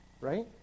Right